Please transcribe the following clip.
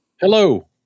Hello